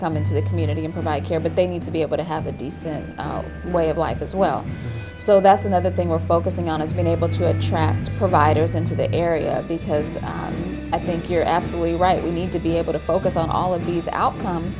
come into the community and provide care but they need to be able to have a decent way of life as well so that's another thing we're focusing on is been able to attract providers into the area because i think you're absolutely right we need to be able to focus on all of these outcome